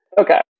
Okay